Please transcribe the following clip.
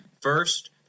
First